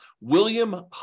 William